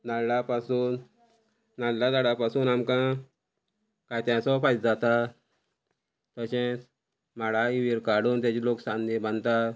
नाल्ला पासून नाल्ला झाडां पासून आमकां कात्याचो फायदो जाता तशेंच माडा व्हीर काडून तेजी लोक सान्नी बांदता